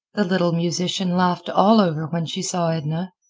the little musician laughed all over when she saw edna.